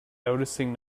noticing